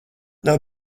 nav